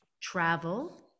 travel